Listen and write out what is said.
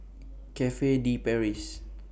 Cafe De Paris